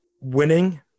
winning